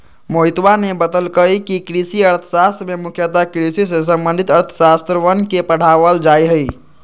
मोहितवा ने बतल कई कि कृषि अर्थशास्त्र में मुख्यतः कृषि से संबंधित अर्थशास्त्रवन के पढ़ावल जाहई